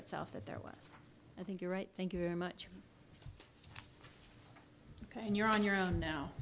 itself that there was i think you're right thank you very much and you're on your own now